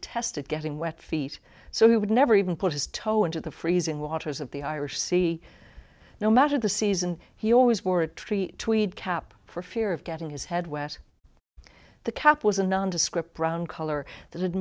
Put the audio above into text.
detested getting wet feet so he would never even put his toe into the freezing waters of the irish sea no matter the season he always wore a tree tweed cap for fear of getting his head wet the cap was a nondescript brown color that had